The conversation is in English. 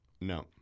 No